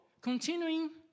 continuing